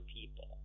people